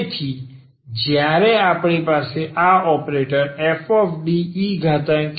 તેથી જ્યારે આપણી પાસે આ ઑપરેટર fDeaxfaeax છે